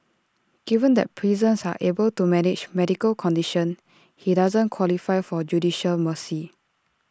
given that prisons are able to manage medical condition he doesn't qualify for judicial mercy